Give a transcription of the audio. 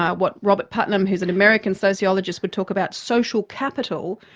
what robert putnam who's an american sociologist would talk about social capital,